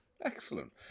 Excellent